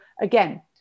again